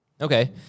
Okay